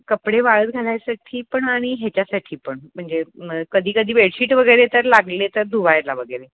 कपडे वाळत घालायसाठी पण आणि ह्याच्यासाठी पण म्हणजे मग कधी कधी बेडशीट वगैरे तर लागले तर धुवायला वगैरे